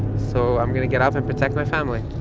so i'm going to get up and protect my family.